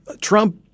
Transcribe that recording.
Trump